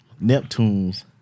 Neptunes